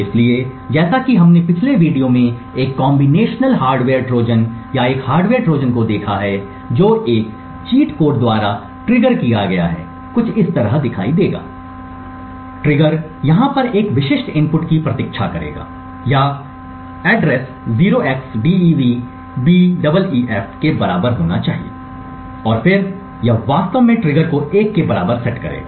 इसलिए जैसा कि हमने पिछले वीडियो में एक कॉम्बिनेशन हार्डवेयर ट्रोजन या एक हार्डवेयर ट्रोजन को देखा है जो एक चीट कोड द्वारा ट्रिगर किया गया है कुछ इस तरह दिखाई देगा ट्रिगर यहाँ पर एक विशिष्ट इनपुट की प्रतीक्षा करेगा या पता 0xDEVBEEF के बराबर होना चाहिए और फिर यह वास्तव में ट्रिगर को 1 के बराबर सेट करेगा